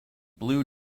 blue